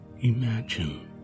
Imagine